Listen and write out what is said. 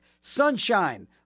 Sunshine